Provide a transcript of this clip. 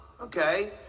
okay